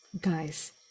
guys